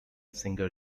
singer